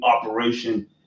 operation